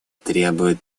требует